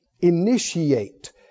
initiate